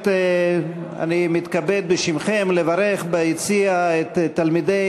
בעד, 39, נגד,